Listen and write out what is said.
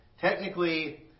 technically